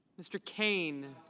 mr. kane.